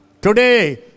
today